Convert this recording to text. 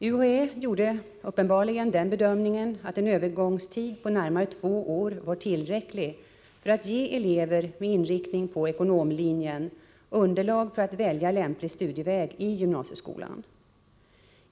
UHÄ gjorde uppenbarligen den bedömningen att en övergångstid på närmare två år var tillräcklig för att ge elever med inriktning på ekonomlinjen underlag för att välja lämplig studieväg i gymnasieskolan.